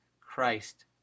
Christ